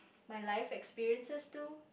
my life experiences too